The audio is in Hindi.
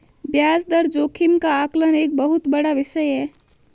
ब्याज दर जोखिम का आकलन एक बहुत बड़ा विषय है